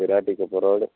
Piratti Kuppam road